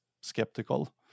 skeptical